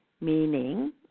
meaning